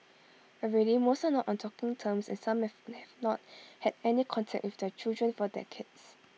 already most are not on talking terms and some have have not had any contact with their children for decades